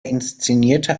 inszenierte